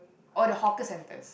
orh the hawker centers